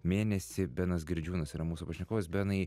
mėnesį benas girdžiūnas yra mūsų pašnekovas benai